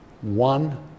one